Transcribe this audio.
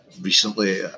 recently